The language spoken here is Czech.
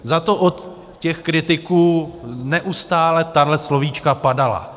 Zato od těch kritiků neustále tato slovíčka padala.